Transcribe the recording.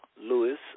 Lewis